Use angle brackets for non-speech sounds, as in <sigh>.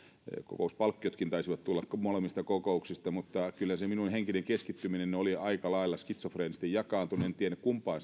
kokouspalkkiotkin taisivat tulla molemmista kokouksista mutta kyllä se minun henkinen keskittymiseni oli aika lailla skitsofreenisesti jakaantuneena en tiedä kumpaan <unintelligible>